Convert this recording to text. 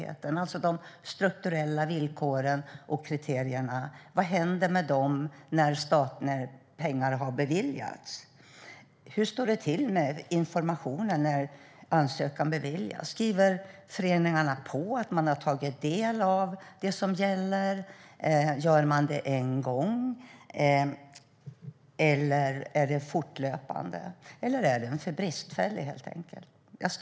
Det handlar alltså om de strukturella villkoren och kriterierna. Vad händer när pengar har beviljats? Hur står det till med informationen när ansökan beviljas? Skriver föreningarna på att de har tagit del av det som gäller? Gör de det en gång, eller sker det fortlöpande? Eller är det för bristfälligt, helt enkelt?